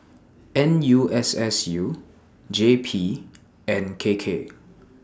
N U S S U J P and K K